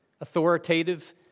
authoritative